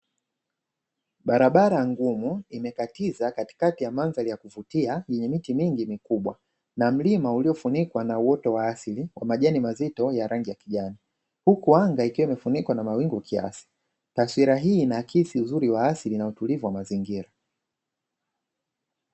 Barabara ngumu imekatiza katikati ya mandhari ya kuvutia yenye miti mingi mikubwa, na mlima uliofunikwa na uoto wa asili wa majani mazito ya rangi ya kijani, huku anga ikiwa imefunikwa na mawingu kiasi, taswira hii inaakisi uzuri wa asili na utulivu wa mazingira.